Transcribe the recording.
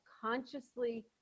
consciously